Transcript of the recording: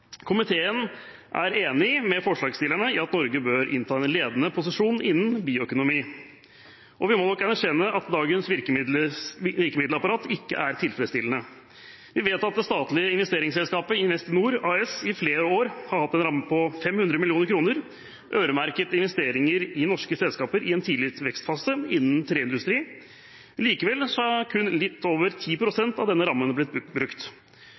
Komiteen er enig med forslagsstillerne i at Norge bør innta en ledende posisjon innen bioøkonomi, og vi må nok erkjenne at dagens virkemiddelapparat ikke er tilfredsstillende. Vi vet at det statlige investeringsselskapet Investinor AS i flere år har hatt en ramme på 500 mill. kr, øremerket investeringer i norske selskaper i en tidlig vekstfase innen treindustri. Likevel er kun litt over 10 pst. av denne rammen blitt brukt.